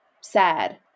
sad